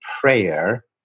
prayer